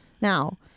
Now